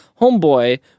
homeboy